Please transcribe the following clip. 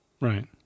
Right